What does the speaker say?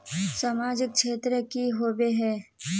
सामाजिक क्षेत्र की होबे है?